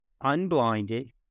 unblinded